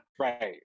Right